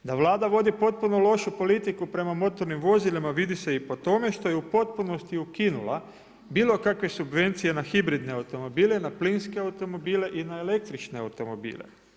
Da Vlada vodi potpuno lošu politiku prema motornim vozilima vidi se i po tome što je u potpunosti ukinula bilo kakve subvencije na hibridne automobile, na plinske automobile i na električne automobile.